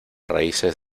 raíces